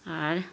আর